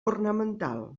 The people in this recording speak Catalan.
ornamental